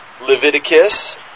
Leviticus